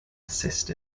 assist